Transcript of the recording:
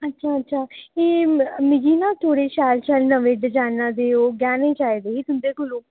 अच्छा अच्छा एह् मिगी ना थोह्ड़े शैल शैल नमें डिजाइना दे गैहने चाहिदे हे तुंदे कोलूं